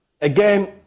Again